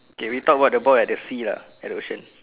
okay we talk about the boy at the sea lah at the ocean